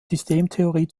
systemtheorie